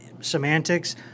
semantics